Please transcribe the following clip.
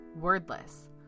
Wordless